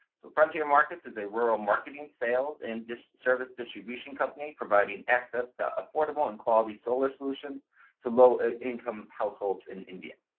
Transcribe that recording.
so frontier markets is a rural marketing, sales, and service distribution company providing access to affordable and quality solar solutions to low-income households in india.